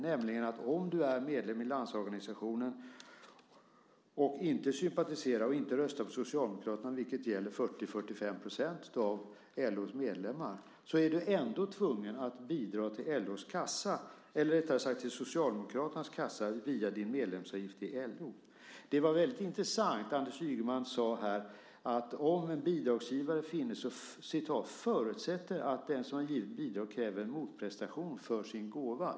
Om du är medlem i Landsorganisationen och inte sympatiserar med och inte röstar på Socialdemokraterna, vilket gäller 40-45 % av LO:s medlemmar, är du nämligen ändå tvungen att bidra till Socialdemokraternas kassa via din medlemsavgift till LO. Det Anders Ygeman här sade var väldigt intressant, nämligen att om bidragsgivare finnes - nu återger jag vad som sagts - förutsätter det att den som givit bidrag kräver en motprestation för sin gåva.